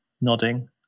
Nodding